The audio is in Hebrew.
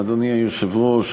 אדוני היושב-ראש,